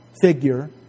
figure